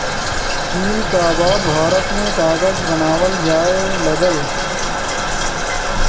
चीन क बाद भारत में कागज बनावल जाये लगल